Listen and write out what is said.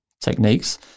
techniques